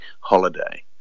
holiday